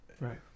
Right